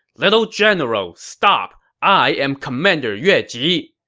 little general, stop! i am commander yue ji!